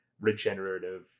regenerative